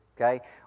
okay